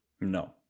No